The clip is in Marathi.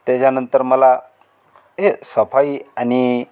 त्याच्यानंतर मला ए सफाई आणि